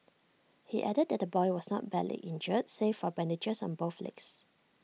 he added that the boy was not badly injured save for bandages on both legs